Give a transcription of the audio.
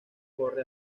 corre